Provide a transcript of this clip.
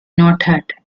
noted